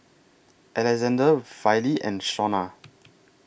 Alexande Wylie and Shona